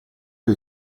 che